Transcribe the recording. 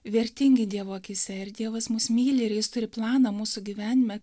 vertingi dievo akyse ir dievas mus myli ir jis turi planą mūsų gyvenime